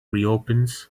reopens